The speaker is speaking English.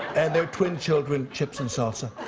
and their twin children chips and salsa.